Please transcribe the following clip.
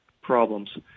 problems